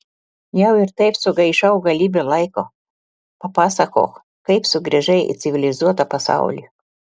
jau ir taip sugaišau galybę laiko papasakok kaip sugrįžai į civilizuotą pasaulį